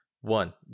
One